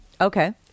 Okay